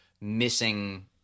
missing